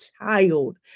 child